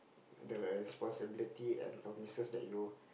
the responsibility and promises that you